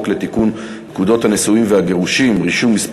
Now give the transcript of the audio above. לתיקון פקודת הנישואין והגירושין (רישום) (מס'